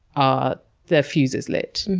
ah their fuse is lit.